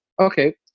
okay